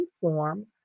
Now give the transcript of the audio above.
form